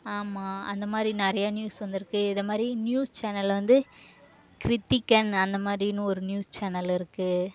ஆமாம் அந்த மாதிரி நிறையா நியூஸ் வந்திருக்கு இதை மாதிரி நியூஸ் சேனலில் வந்து கிருத்திக்கன் அந்த மாதிரின்னு ஒரு நியூஸ் சேனல் இருக்கு